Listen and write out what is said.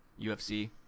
UFC